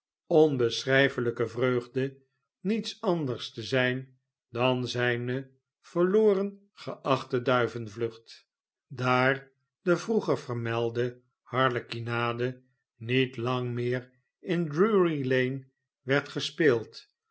onbeschrijfelijke vreugde niets anders te zijn dan zijne verloren geachte duivenvlucht daar de vroeger vermelde harlekinade niet lang meer in drury lane werd gespeeld